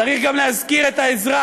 צריך גם להזכיר את האזרח,